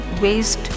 waste